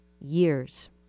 years